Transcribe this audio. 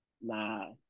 nah